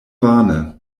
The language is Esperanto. vane